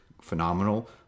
phenomenal